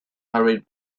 hurried